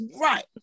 Right